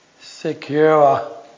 secure